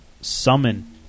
summon